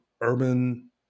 urban